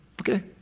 okay